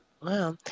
Wow